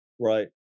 right